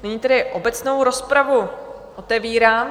Nyní obecnou rozpravu otevírám.